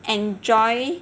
enjoy